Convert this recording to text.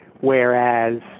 Whereas